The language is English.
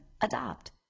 Adopt